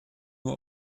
nur